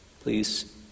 Please